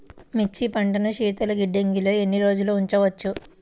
మిర్చి పంటను శీతల గిడ్డంగిలో ఎన్ని రోజులు ఉంచవచ్చు?